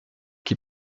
qui